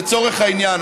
לצורך העניין,